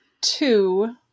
two